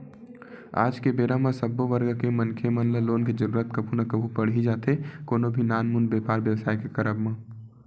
आज के बेरा म सब्बो वर्ग के मनखे मन ल लोन के जरुरत कभू ना कभू पड़ ही जाथे कोनो भी नानमुन बेपार बेवसाय के करब म